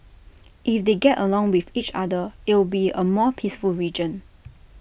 if they get along with each other it'll be A more peaceful region